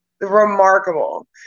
Remarkable